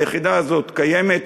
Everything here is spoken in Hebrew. היחידה הזו קיימת,